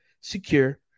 secure